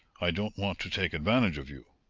i don't want to take advantage of you.